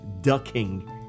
ducking